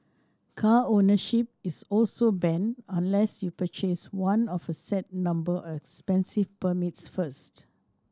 car ownership is also banned unless you purchase one of a set number of expensive permits first